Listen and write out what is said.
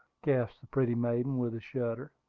gasped the pretty maiden, with a shudder.